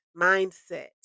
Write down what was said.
mindset